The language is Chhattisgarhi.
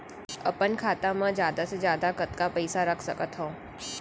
अपन खाता मा जादा से जादा कतका पइसा रख सकत हव?